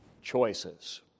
choices